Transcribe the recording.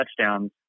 touchdowns